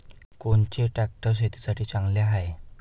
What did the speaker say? कोनचे ट्रॅक्टर शेतीसाठी चांगले हाये?